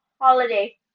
holiday